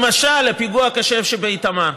למשל הפיגוע הקשה באיתמר.